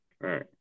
right